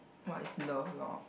what is love lor